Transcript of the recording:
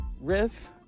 riff